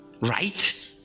right